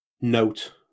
note